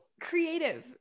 creative